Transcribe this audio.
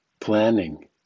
Planning